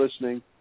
listening